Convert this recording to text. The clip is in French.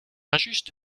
injuste